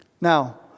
Now